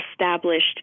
established